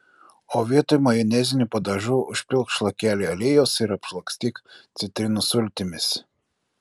o vietoj majonezinių padažų užpilk šlakelį aliejaus ir apšlakstyk citrinų sultimis